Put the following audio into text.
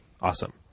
Awesome